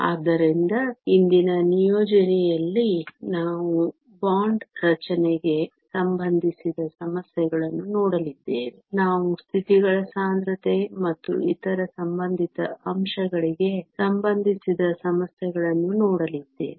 ಆದ್ದರಿಂದ ಇಂದಿನ ನಿಯೋಜನೆಯಲ್ಲಿ ನಾವು ಬಾಂಡ್ ರಚನೆಗೆ ಸಂಬಂಧಿಸಿದ ಸಮಸ್ಯೆಗಳನ್ನು ನೋಡಲಿದ್ದೇವೆ ನಾವು ಸ್ಥಿತಿಗಳ ಸಾಂದ್ರತೆ ಮತ್ತು ಇತರ ಸಂಬಂಧಿತ ಅಂಶಗಳಿಗೆ ಸಂಬಂಧಿಸಿದ ಸಮಸ್ಯೆಗಳನ್ನು ನೋಡಲಿದ್ದೇವೆ